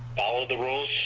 all the rules,